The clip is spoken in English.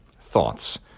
Thoughts